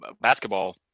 basketball